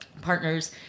partners